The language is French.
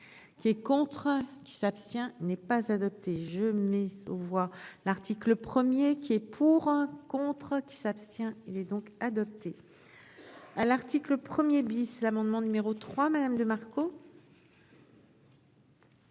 Qui est contre qui s'abstient n'est pas adopté, je Mist ou voir l'article 1er qui est pour un contrat qui s'abstient. Il est donc adopté. À l'article 1er bis l'amendement numéro 3 même de Marco.